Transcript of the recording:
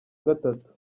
gatatu